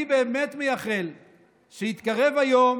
אני באמת מייחל שיתקרב היום